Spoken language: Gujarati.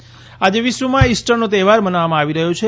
ઇસ્ટર સન્ડે આજે વિશ્વમાં ઇસ્ટરનો તહેવાર મનાવવામાં આવી રહ્યો છે